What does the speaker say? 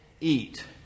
eat